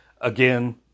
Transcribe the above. again